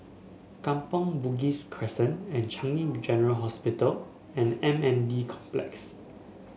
Kampong Bugis Crescent Changi General Hospital and M N D Complex